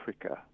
Africa